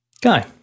Guy